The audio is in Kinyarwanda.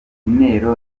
intero